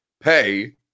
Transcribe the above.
pay